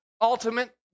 ultimate